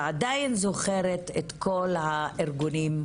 ועדיין זוכרת את כל הארגונים,